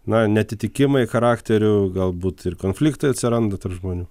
na neatitikimai charakterių galbūt ir konfliktai atsiranda tarp žmonių